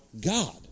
God